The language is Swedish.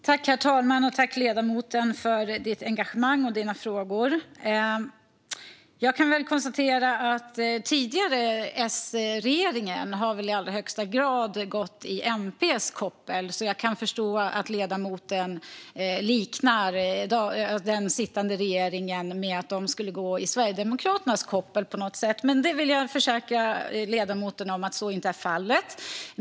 Herr talman! Jag tackar ledamoten för hennes engagemang och frågor. Jag konstaterar att den tidigare S-regeringen i allra högsta grad har gått i MP:s koppel. Jag kan förstå att ledamoten liknar den sittande regeringen med att den skulle gå i Sverigedemokraternas koppel på något sätt. Men jag kan försäkra ledamoten att så inte är fallet.